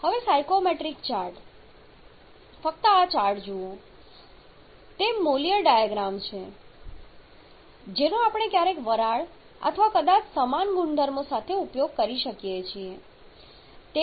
હવે psychrometric chart ફક્ત આ ચાર્ટ જુઓ તે તે મોલીઅર ડાયાગ્રામ સાથે એકદમ સમાન છે જેનો આપણે ક્યારેક વરાળ અથવા કદાચ સમાન ગુણધર્મો સાથે ઉપયોગ કરી શકીએ છીએ